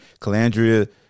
Calandria